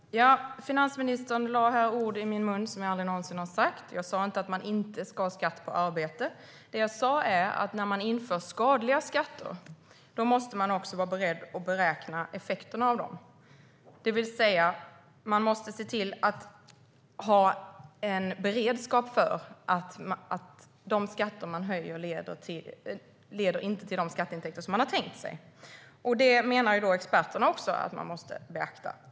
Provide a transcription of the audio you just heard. Fru talman! Finansministern lade ord i min mun som jag aldrig någonsin har sagt. Jag sa inte att man inte ska ha skatt på arbete. Det jag sa var att när man inför skadliga skatter måste man vara beredd att beräkna effekterna av dem, det vill säga man måste se till att ha en beredskap för att de skatter man höjer inte leder till de skatteintäkter man har tänkt sig. Detta menar experterna också att man måste beakta.